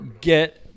get